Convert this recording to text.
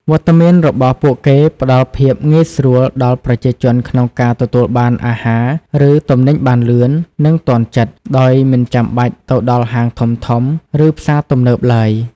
វត្តមានរបស់ពួកគេផ្តល់ភាពងាយស្រួលដល់ប្រជាជនក្នុងការទទួលបានអាហារ ឬទំនិញបានលឿន និងទាន់ចិត្ត ដោយមិនចាំបាច់ទៅដល់ហាងធំៗ ឬផ្សារទំនើបឡើយ ។